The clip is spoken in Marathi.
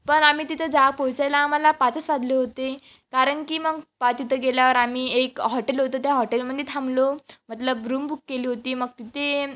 पण आम्ही तिथं जा पोहोचायला आम्हाला पाचच वाजले होते कारण की मग पा तिथं गेल्यावर आम्ही एक हॉटेल होतं त्या हॉटेलमध्ये थांबलो मतलब रूम बुक केली होती मग तिथे